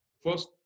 First